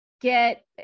get